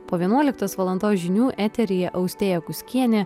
po vienuoliktos valandos žinių eteryje austėja kuskienė